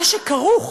מה שכרוך